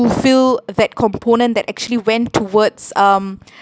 fulfill that component that actually went towards um